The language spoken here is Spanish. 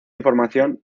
información